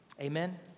Amen